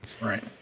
Right